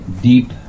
deep